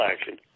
action